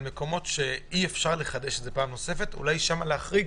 על מקומות שאי-אפשר לחדש פעם נוספת - אולי שם להחריג